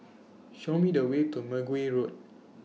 Show Me The Way to Mergui Road